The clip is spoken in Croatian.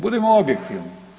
Budimo objektivi.